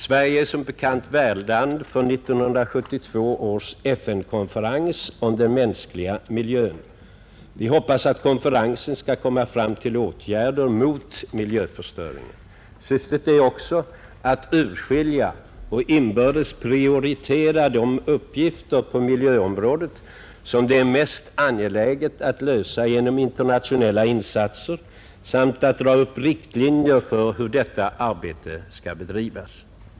Sverige är värdland för 1972 års FN-konferens om den mänskliga miljön. Vi hoppas att konferensen skall komma fram till åtgärder mot miljöförstöringen. Syftet är också att urskilja och inbördes prioritera de uppgifter på miljöområdet som det är mest angeläget att lösa genom internationella insatser samt att dra upp riktlinjer för hur detta arbete skall bedrivas.